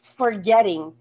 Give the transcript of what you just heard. forgetting